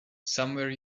somewhere